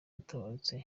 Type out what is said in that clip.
atabarutse